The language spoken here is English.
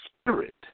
spirit